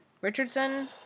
Richardson